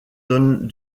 donne